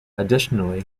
additionally